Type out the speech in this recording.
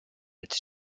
its